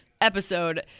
episode